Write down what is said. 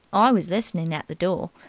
i was listenin' at the door.